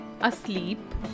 asleep